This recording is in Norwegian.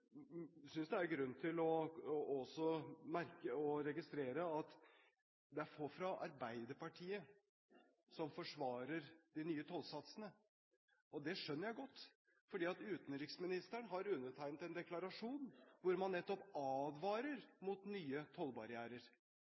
synes det er grunn til også å merke seg, og registrere, at det er få fra Arbeiderpartiet som forsvarer de nye tollsatsene. Det skjønner jeg godt, for utenriksministeren har undertegnet en deklarasjon hvor man nettopp advarer mot nye tollbarrierer